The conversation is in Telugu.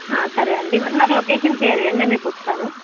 సరే అండి నాకు లొకేషన్ షేర్ చేయండి నేను రేపు వస్తాను